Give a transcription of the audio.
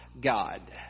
God